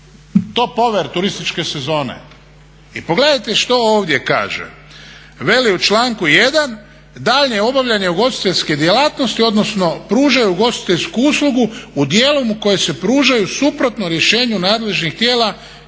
top over turističke sezone i pogledajte što ovdje kaže. Veli u članku 1. daljnje obavljanje ugostiteljske djelatnosti, odnosno pružaju ugostiteljsku uslugu u dijelu u kojem se pružaju suprotno rješenju nadležnih tijela